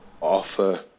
offer